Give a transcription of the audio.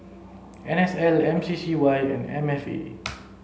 N S L M C C Y and M F A